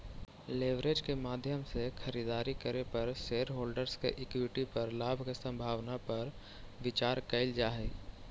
leverage के माध्यम से खरीदारी करे पर शेरहोल्डर्स के इक्विटी पर लाभ के संभावना पर विचार कईल जा हई